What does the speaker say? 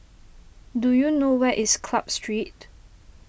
do you know where is Club Street